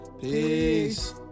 Peace